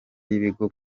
y’ibigo